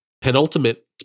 Penultimate